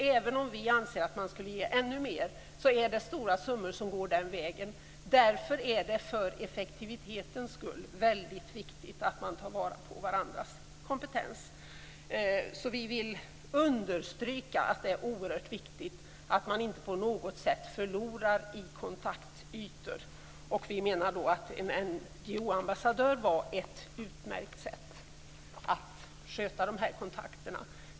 Även om vi kristdemokrater anser att man borde ge ännu mer så är det stora summor som går den vägen. Därför är det för effektivitetens skull väldigt viktigt att man tar vara på varandras kompetens. Vi vill understryka att det är oerhört viktigt att man inte på något sätt förlorar i kontaktytor. Vi menar att en NGO-ambassadör var ett utmärkt sätt att sköta dessa kontakter.